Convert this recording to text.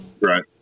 Right